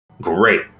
great